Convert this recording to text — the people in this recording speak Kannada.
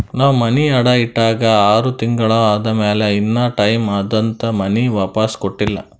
ನಾವ್ ಮನಿ ಅಡಾ ಇಟ್ಟಾಗ ಆರ್ ತಿಂಗುಳ ಆದಮ್ಯಾಲ ಇನಾ ಟೈಮ್ ಅದಂತ್ ಮನಿ ವಾಪಿಸ್ ಕೊಟ್ಟಿಲ್ಲ